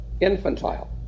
infantile